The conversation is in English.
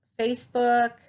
Facebook